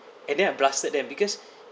and then I blasted them because